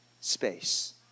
space